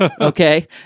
okay